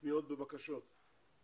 בפניות ובבקשות?